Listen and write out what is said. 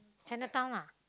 Chinatown lah